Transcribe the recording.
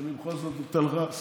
אני בכל זאת נותן לך.